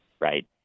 Right